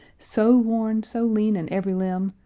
so worn, so lean in every limb,